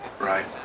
right